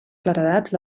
claredat